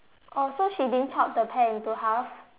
oh so she didn't cut the pear into half